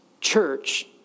church